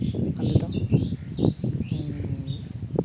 ᱟᱞᱮ ᱫᱚ